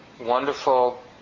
wonderful